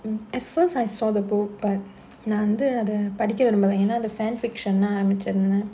and at first I saw the book but நா வந்து அத படிக்க விரும்பல ஏனா:naa adha padikka virumbala yaena fan fiction நா வச்சுருந்தேன்:naa vachurundhaen